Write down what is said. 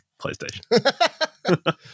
PlayStation